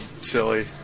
silly